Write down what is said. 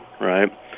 right